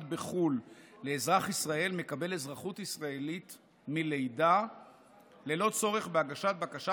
בחו"ל לאזרח ישראל מקבל אזרחות ישראלית מלידה ללא צורך בהגשת בקשה,